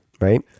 Right